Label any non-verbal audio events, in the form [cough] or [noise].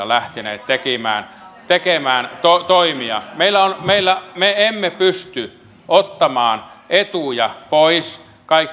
[unintelligible] lähteneet tekemään tekemään toimia me emme pysty ottamaan etuja pois